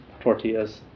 tortillas